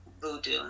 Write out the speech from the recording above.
voodoo